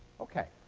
ok.